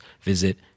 visit